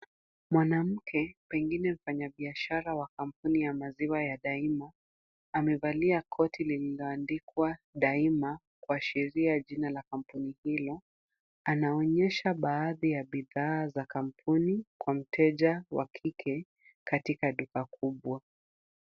Mwanamke pengine mfanyabiashara wa kampuni ya maziwa ya Daima amevalia koti lililoandikwa Daima kuashiria jina la kampuni hilo. Anaonyesha baadhi ya bidhaa za kampuni kwa mteja wa kike katika duka kubwa.